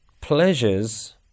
pleasures